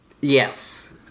Yes